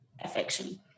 affection